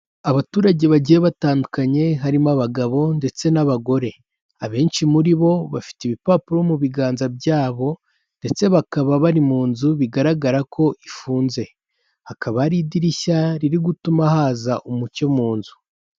Abaturage bagiye batandukanye, harimo abagabo ndetse n'abagore, abenshi muri bo bafite ibipapuro mu biganza byabo, ndetse bakaba bari mu nzu bigaragara ko ifunze, hakaba hari idirishya riri gutuma haza umucyo mu nzu.